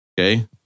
Okay